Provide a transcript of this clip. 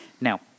now